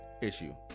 issue